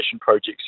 projects